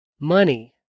money